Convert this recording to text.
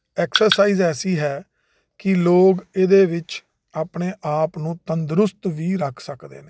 exercise ਐਸੀ ਹੈ ਕਿ ਲੋਕ ਇਹਦੇ ਵਿੱਚ ਆਪਣੇ ਆਪ ਨੂੰ ਤੰਦਰੁਸਤ ਵੀ ਰੱਖ ਸਕਦੇ ਨੇ